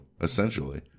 essentially